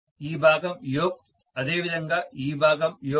ఈ భాగం యోక్ అదేవిధంగా ఈ భాగం యోక్